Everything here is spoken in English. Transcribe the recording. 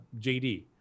JD